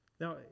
Now